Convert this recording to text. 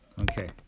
Okay